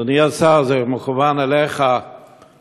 אדוני השר, זה מכוון אליך, הוא מדבר אליך.